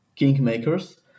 kingmakers